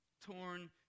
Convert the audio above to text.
torn